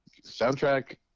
Soundtrack